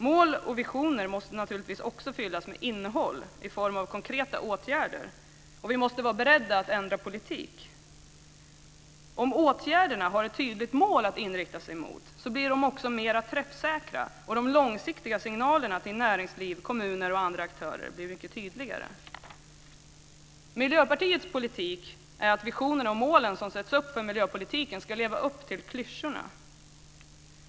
Mål och visioner måste naturligtvis också fyllas med innehåll i form av konkreta åtgärder, och vi måste vara beredda att ändra politik. Om åtgärderna har ett tydligt mål att inrikta sig mot blir de också mer träffsäkra, och de långsiktiga signalerna till näringsliv, kommuner och andra aktörer blir mycket tydligare. Miljöpartiets politik är att visionerna och målen som sätts upp för miljöpolitiken ska leva upp till klyschorna.